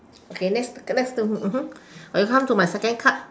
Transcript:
okay next let's look at mmhmm okay come to my second card